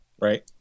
Right